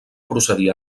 procedir